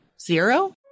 zero